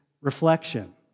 reflection